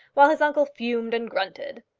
while his uncle fumed and grunted.